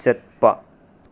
ꯆꯠꯄ